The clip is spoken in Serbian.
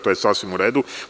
To je sasvim u redu.